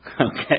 okay